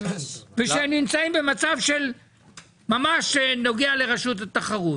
שנמצאים במצב שנוגע ממש לרשות התחרות.